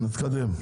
נתקדם.